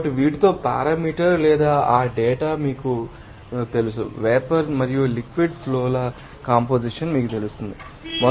కాబట్టి వీటితో పారామీటర్ లేదా ఆ డేటా మీకు తెలుసు వేపర్ మరియు లిక్విడ్ ఫ్లో ల కంపొజిషన్ మీకు తెలిసి ఉండాలి